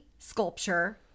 sculpture